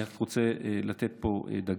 אני רק רוצה לתת פה דגש